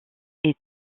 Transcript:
est